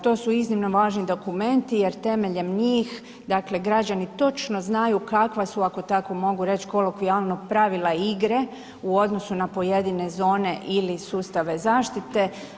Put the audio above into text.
To su iznimno važni dokumenti jer temeljem njih građani točno znaju kakva su, ako tako mogu reć kolokvijalno, pravila igre u odnosu na pojedine zone ili sustave zaštite.